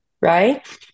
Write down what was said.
right